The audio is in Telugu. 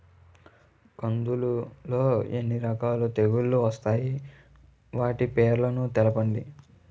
కందులు లో ఎన్ని రకాల తెగులు వస్తాయి? వాటి పేర్లను తెలపండి?